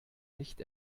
licht